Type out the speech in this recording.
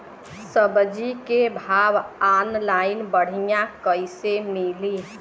सब्जी के भाव ऑनलाइन बढ़ियां कइसे मिली?